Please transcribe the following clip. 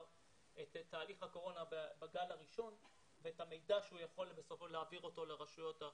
את הקורונה בגל הראשון ואת המידע שהוא יכול להעביר לרשויות האחרות.